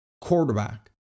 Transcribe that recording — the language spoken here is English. quarterback